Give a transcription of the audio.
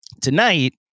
Tonight